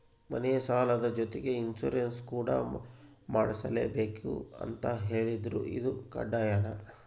ಮನೆ ಸಾಲದ ಜೊತೆಗೆ ಇನ್ಸುರೆನ್ಸ್ ಕೂಡ ಮಾಡ್ಸಲೇಬೇಕು ಅಂತ ಹೇಳಿದ್ರು ಇದು ಕಡ್ಡಾಯನಾ?